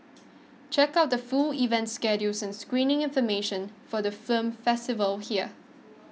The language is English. check out the full event schedule and screening information for the film festival here